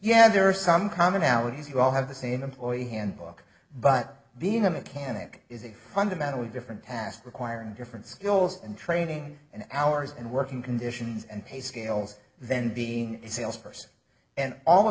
yeah there are some commonalities you all have the same employee handbook but being a mechanic is a fundamentally different task requiring different skills and training and hours and working conditions and pay scales then being a sales person and all